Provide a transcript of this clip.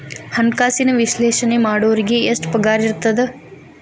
ಹಣ್ಕಾಸಿನ ವಿಶ್ಲೇಷಣೆ ಮಾಡೋರಿಗೆ ಎಷ್ಟ್ ಪಗಾರಿರ್ತದ?